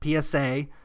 PSA